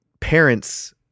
parents